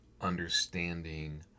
understanding